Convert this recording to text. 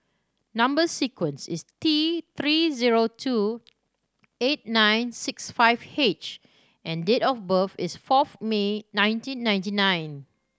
number sequence is T Three zero two eight nine six five H and date of birth is fourth May nineteen ninety nine